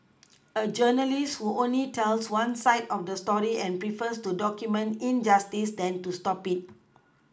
a journalist who only tells one side of the story and prefers to document injustice than to stop it